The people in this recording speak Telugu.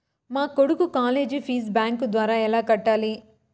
మా కొడుకు కాలేజీ ఫీజు బ్యాంకు ద్వారా ఎలా కట్టాలి?